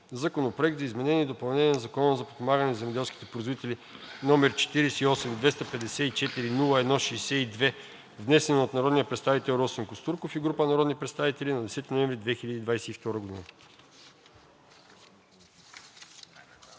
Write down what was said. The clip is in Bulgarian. Законопроект за изменение и допълнение на Закона за подпомагане на земеделските производители, № 48-254-01-62, внесен от народния представител Росен Костурков и група народни представители на 10 ноември 2022 г.“